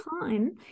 time